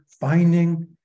finding